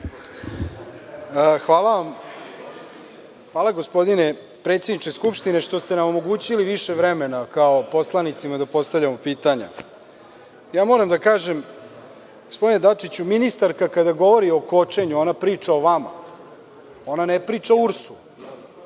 Stefanović** Hvala gospodine predsedniče Skupštine što ste nam omogućili više vremena, kao poslanicima da postavljamo pitanja. Moram da kažem, gospodine Dačiću, ministarka kada govori o kočenju ona priča o vama, ona ne priča URS.